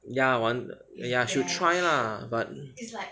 ya I want ya should try lah but